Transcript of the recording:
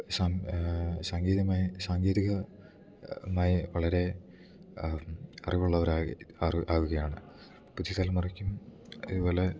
സാ സങ്കേതമായി സാങ്കേതികമായി വളരെ അറിവുള്ളവർ ആയി ആവുകയാണ് പുതിയ തലമുറക്കും ഇതുപോലെ